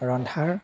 ৰন্ধাৰ